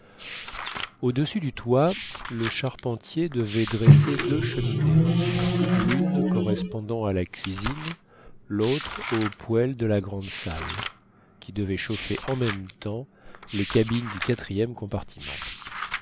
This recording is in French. au-dessus du toit le charpentier devait dresser deux cheminées l'une correspondant à la cuisine l'autre au poêle de la grande salle qui devait chauffer en même temps les cabines du quatrième compartiment